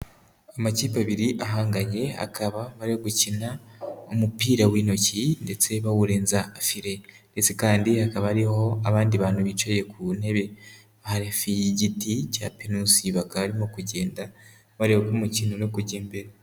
Amakipe abiri ahanganye akaba bari yo gukina umupira w'intoki ndetse bawurenza fire. Ndetse kandi hakaba hariho abandi bantu bicaye ku ntebe hafi y'igiti cya pinusi, bakaba barimo kugenda bareba uko umukino uri kujya mbere.